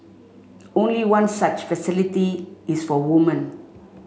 only one such facility is for woman